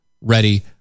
ready